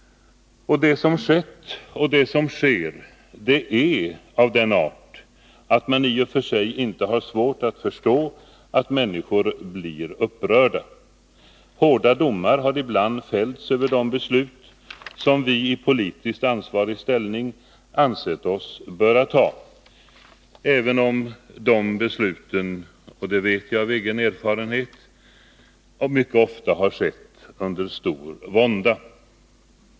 Och det som skett och sker är av den art att man i och för sig inte har svårt att förstå att människor blir upprörda. Hårda domar har ibland fällts över de beslut som vi som är i politiskt ansvarig ställning har ansett oss böra fatta, även om de besluten — det vet jag av egen erfarenhet — mycket ofta har fattats under stor vånda.